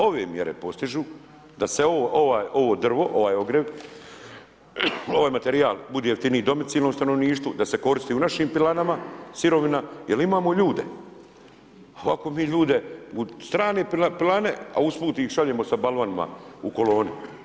Ove mjere postižu, da se ovo drvo, ovaj ogrjev, ovaj materijal bude jeftiniji domicilnom stanovništvu, da se koristi u našim pilanama sirovina jel imamo ljude. a ovako mi ljude u strane pilane, a uz put ih šaljemo sa balvanima u koloni.